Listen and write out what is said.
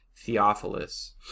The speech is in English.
Theophilus